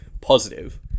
positive